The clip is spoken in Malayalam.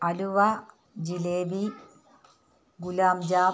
അലുവ ജിലേബി ഗുലാബ് ജാം